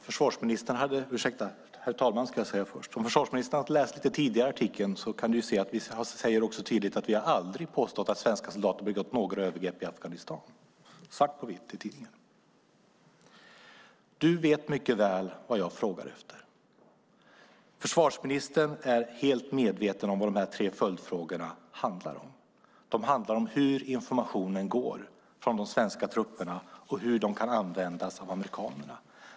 Herr talman! Om försvarsministern hade läst den tidigare artikeln kunde han ha sett att vi aldrig påstått att svenska soldater begått några övergrepp i Afghanistan - svart på vitt i tidningen. Du vet mycket väl, ministern, vad jag frågar efter. Försvarsministern är helt medveten om vad de tre följdfrågorna handlar om. De handlar om hur informationen går från de svenska trupperna och hur den kan användas av amerikanerna.